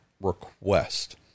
request